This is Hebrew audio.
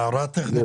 הערה טכנית.